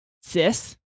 sis